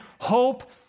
hope